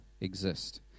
exist